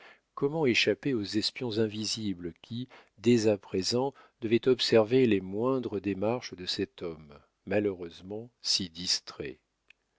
comment échapper aux espions invisibles qui dès à présent devaient observer les moindres démarches de cet homme malheureusement si distrait